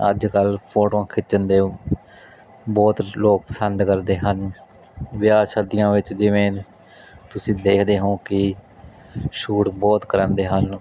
ਅੱਜ ਕੱਲ੍ਹ ਫੋਟੋਆਂ ਖਿੱਚਣ ਦੇ ਬਹੁਤ ਲੋਕ ਪਸੰਦ ਕਰਦੇ ਹਨ ਵਿਆਹ ਸ਼ਾਦੀਆਂ ਵਿੱਚ ਜਿਵੇਂ ਤੁਸੀਂ ਦੇਖਦੇ ਹੋ ਕਿ ਸ਼ੂਟ ਬਹੁਤ ਕਰਵਾਉਂਦੇ ਹਨ